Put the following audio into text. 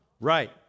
Right